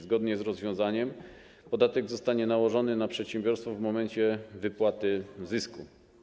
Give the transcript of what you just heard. Zgodnie z tym rozwiązaniem podatek zostanie nałożony na przedsiębiorstwo w momencie wypłaty zysku.